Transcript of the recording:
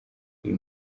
uyu